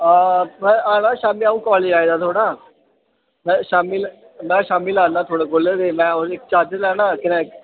हां में औना शामीं अ'ऊं कालेज आए दा थोह्ड़ा में शामीं लै में शामीं लै आना थुआढ़े कोल ते में ओह्दी इक चार्जर लैना कन्नै